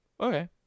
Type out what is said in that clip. Okay